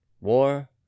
War